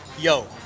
Yo